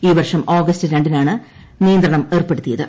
ഈ വർഷം ആഗസ്റ്റ് രണ്ടിനാണ് നിയന്ത്രണമേർപ്പെടുത്തിയത്